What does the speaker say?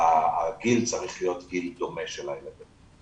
הגיל צריך להיות גיל דומה של הילדים.